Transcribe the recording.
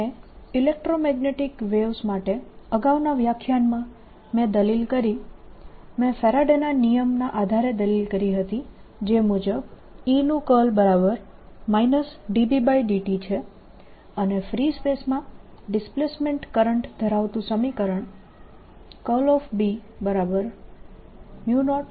અને electromagnetic waves માટે અગાઉના વ્યાખ્યાનમાં મેં દલીલ કરી મેં ફેરાડેના નિયમ Faradays law ના આધારે દલીલ કરી હતી જે મુજબ E નું કર્લ E B∂t છે અને ફ્રી સ્પેસ માં ડિસ્પ્લેસમેન્ટ કરંટ ધરાવતું સમીકરણ B00E∂t છે